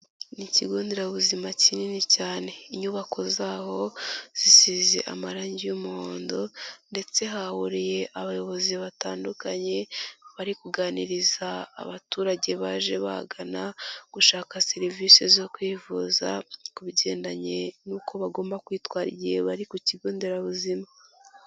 Ni ikigo nderabuzima kinini cyane, inyubako zaho zisize amarangi y'umuhondo ndetse hahuriye abayobozi batandukanye, bari kuganiriza abaturage baje bahagana gushaka serivisi zo kwivuza ku bigendanye n'uko bagomba kwitwara igihe bari ku kigo nderabuzima.